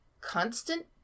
constant